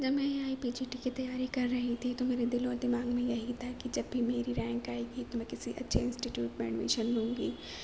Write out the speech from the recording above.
جب میں یہاں ای پی جی ٹی کی تیاری کررہی تھی تو میرے دل و دماغ میں یہی تھا کہ جب بھی میری رینک آئے گی تو میں کسی اچھے انسٹیٹیوٹ میں ایڈمیشن لوں گی